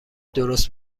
درست